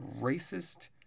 racist